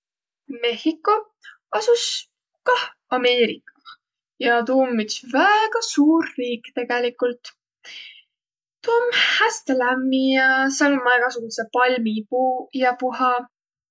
Mehhiko asus kah Ameerikah ja tuu om üts väega suur riik, tegelikult tuu om häste lämmi ja sääl ommaq egasugudsõq palmipuuq ja puha.